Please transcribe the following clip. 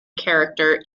character